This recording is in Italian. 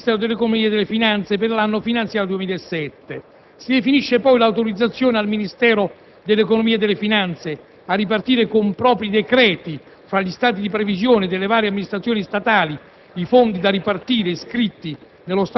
del pagamento delle spese del Ministero dell'economia e delle finanze per l'anno finanziario 2007. Si definisce poi l'autorizzazione al Ministero dell'economia e delle finanze a ripartire con propri decreti fra gli stati di previsione delle varie amministrazioni statali